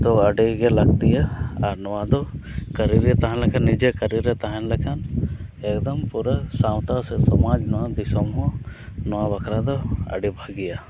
ᱫᱚ ᱟᱹᱰᱤᱜᱮ ᱞᱟᱹᱠᱛᱤᱭᱟ ᱟᱨ ᱱᱚᱣᱟᱫᱚ ᱠᱟᱹᱨᱤᱨᱮ ᱛᱟᱦᱮᱸ ᱞᱮᱱᱠᱷᱟᱱ ᱱᱤᱡᱮ ᱠᱟᱹᱨᱤᱨᱮ ᱛᱟᱦᱮᱱ ᱞᱮᱠᱷᱟᱱ ᱮᱠᱫᱚᱢ ᱯᱩᱨᱟᱹ ᱥᱟᱶᱛᱟ ᱥᱮ ᱥᱚᱢᱟᱡᱽ ᱱᱚᱣᱟ ᱫᱤᱥᱚᱢᱦᱚᱸ ᱱᱚᱣᱟ ᱵᱟᱠᱷᱟᱨᱟ ᱫᱚ ᱟᱹᱰᱤ ᱵᱷᱟᱜᱮᱭᱟ